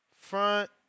Front